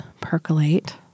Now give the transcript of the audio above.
percolate